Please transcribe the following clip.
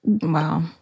Wow